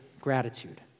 Gratitude